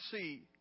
see